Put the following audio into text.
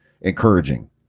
encouraging